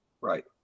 Right